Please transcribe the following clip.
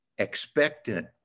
Expectant